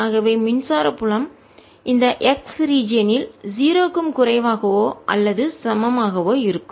ஆகவே மின்சார புலம் இந்த x ரீஜியன் இல் 0 க்கும் குறைவாகவோ அல்லது சமமாகவோ இருக்கும்